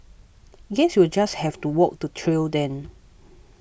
guess you'll just have to walk the trail then